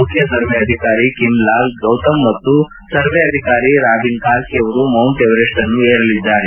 ಮುಖ್ಯ ಸರ್ವೇ ಅಧಿಕಾರಿ ಕಿಮ್ ಲಾಲ್ ಗೌತಮ್ ಮತ್ತು ಸರ್ವೇ ಅಧಿಕಾರಿ ರಾಬಿನ್ ಕಾರ್ಕಿ ಅವರು ಮೌಂಟ್ ಎವರೆಸ್ಟ್ ಅನ್ನು ಏರಲಿದ್ದಾರೆ